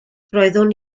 roeddwn